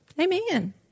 Amen